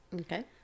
Okay